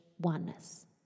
oneness